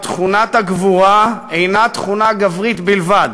תכונת הגבורה אינה תכונה גברית בלבד,